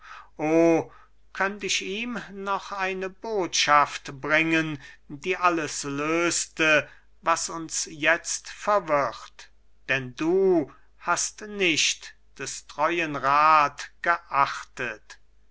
o könnt ich ihm noch eine botschaft bringen die alles lös'te was uns jetzt verwirrt denn du hast nicht des treuen rath geachtet